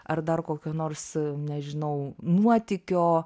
ar dar kokio nors nežinau nuotykio